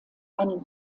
einen